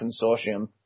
consortium